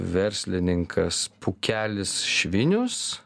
verslininkas pūkelis švinius